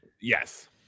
Yes